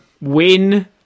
Win